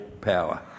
power